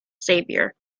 saviour